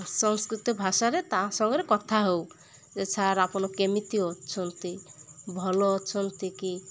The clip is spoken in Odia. ସଂସ୍କୃତ ଭାଷାରେ ତା ସାଙ୍ଗରେ କଥା ହଉ ଯେ ସାର୍ ଆପଣ କେମିତି ଅଛନ୍ତି ଭଲ ଅଛନ୍ତି କି